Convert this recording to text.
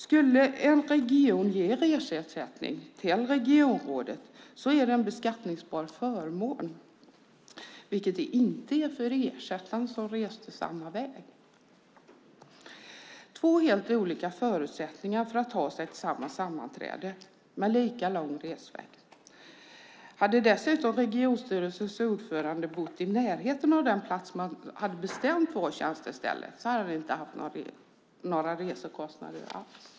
Om en region skulle ge reseersättning till regionrådet är det en beskattningsbar förmån, vilket det inte är för ersättaren som reste samma väg. Det är två helt olika förutsättningar för att ta sig till samma sammanträde med lika lång resväg. Om regionstyrelsens ordförande dessutom hade bott i närheten av den plats man hade bestämt skulle vara tjänstestället hade man inte haft några resekostnader alls.